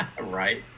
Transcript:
Right